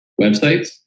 websites